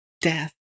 death